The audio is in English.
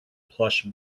plush